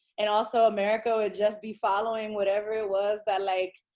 and also, america would just be following whatever it was that like,